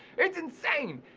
it's insane!